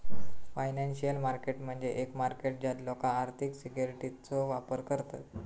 financial market म्हणजे एक market ज्यात लोका आर्थिक सिक्युरिटीजचो व्यापार करतत